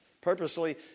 purposely